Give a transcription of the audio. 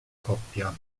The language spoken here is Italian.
coppia